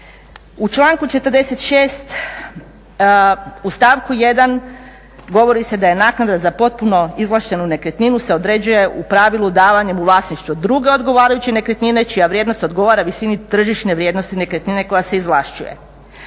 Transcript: U članku 46. u stavku 1. govori se da je naknada za potpuno izvlaštenu nekretninu se određuje u pravilu davanjem u vlasništvo druge odgovarajuće nekretnine čija vrijednost odgovara visini tržišne vrijednosti nekretnine koja se izvlašćuje.